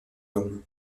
homme